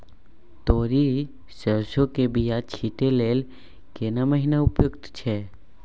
तोरी, सरसो के बीया छींटै लेल केना महीना उपयुक्त छै?